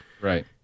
Right